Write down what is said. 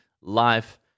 life